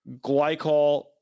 glycol